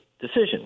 decision